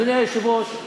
אדוני היושב-ראש,